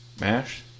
mash